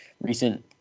recent